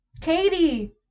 Katie